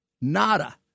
nada